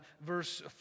verse